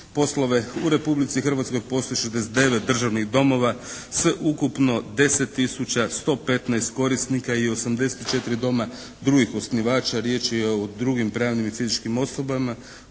U Republici Hrvatskoj postoji 69 državnih domova sa ukupno 10 tisuća 115 korisnika i 84 doma drugih osnivača, riječ je o drugim pravnim i fizičkim osobama,